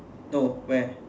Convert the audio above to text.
no where